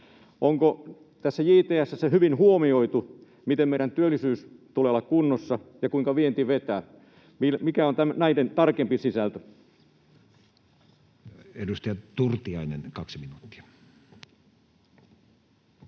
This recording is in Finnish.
Onko tässä JTS:ssä hyvin huomioitu, miten meidän työllisyyden tulee olla kunnossa ja kuinka vienti vetää? Mikä on näiden tarkempi sisältö? Edustaja Turtiainen, kaksi minuuttia.